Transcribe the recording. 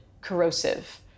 corrosive